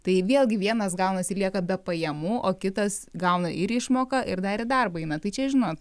tai vėlgi vienas gaunasi lieka be pajamų o kitas gauna ir išmoką ir dar į darbą eina tai čia žinot